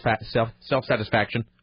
self-satisfaction